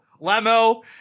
lemo